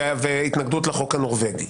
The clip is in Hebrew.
הפעלת הסעיף הנורבגי,